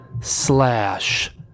Slash